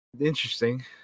interesting